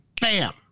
bam